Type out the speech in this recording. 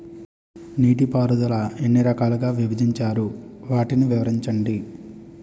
నీటిపారుదల ఎన్ని రకాలుగా విభజించారు? వాటి వివరించండి?